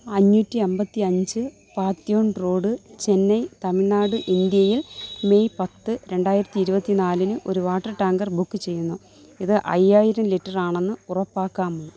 അഞ്ഞൂറ്റി അൻപത്തി അഞ്ച് പാത്തിയോൺ റോഡ് ചെന്നൈ തമിഴ്നാട് ഇന്ത്യയിൽ മെയ് പത്ത് രണ്ടായിരത്തി ഇരുപത്തിനാലിന് ഒരു വാട്ടർ ടാങ്കർ ബുക്ക് ചെയ്യുന്നു ഇത് അയ്യായ്യിരം ലിറ്ററാണെന്ന് ഉറപ്പാക്കാമോ